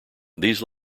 these